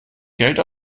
geld